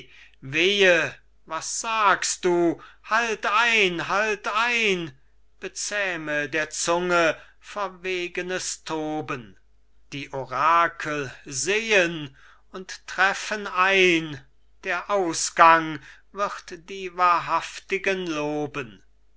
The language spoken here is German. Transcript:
was sagst du halt ein halt ein bezähme der zunge verwegenes toben die orakel sehen und treffen ein der ausgang wird die wahrhaftigen loben